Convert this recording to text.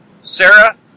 Sarah